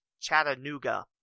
Chattanooga